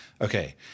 Okay